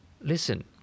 listen